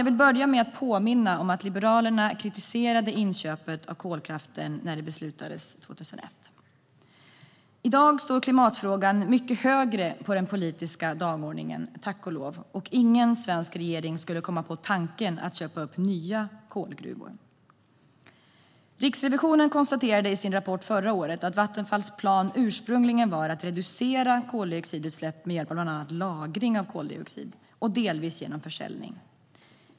Jag vill börja med att påminna om att Liberalerna kritiserade inköpet av kolkraften när det beslutades 2001. I dag står klimatfrågan mycket högre på den politiska dagordningen, tack och lov, och ingen svensk regering skulle komma på tanken att köpa upp nya kolgruvor. Riksrevisionen konstaterade i sin rapport förra året att Vattenfalls plan ursprungligen var att reducera koldioxidutsläpp med hjälp av bland annat lagring av koldioxid och delvis genom försäljning.